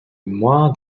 mémoire